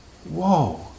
whoa